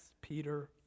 Peter